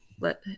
let